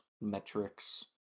metrics